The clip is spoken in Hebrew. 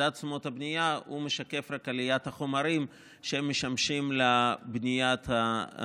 מדד תשומות הבנייה משקף רק את עליית מחיר החומרים שמשמשים לבניית הדירה.